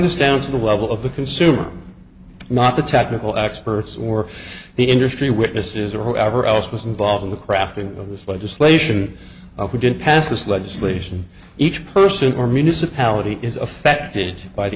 this down to the level of the consumer not the technical experts or the industry witnesses or whoever it was involved in the crafting of this legislation we didn't pass this legislation each person or municipality is affected by the